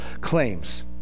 claims